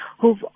who've